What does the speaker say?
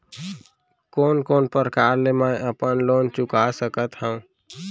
कोन कोन प्रकार ले मैं अपन लोन चुका सकत हँव?